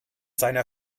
seiner